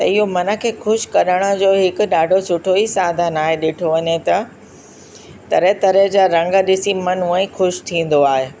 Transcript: इहो मन खे ख़ुशि करण जो हिकु ॾाढो सुठो ई साधन आहे ॾिठो वञे त तरह तरह जा रंग ॾिसी मन ऊअं ई ख़ुशि थींदो आहे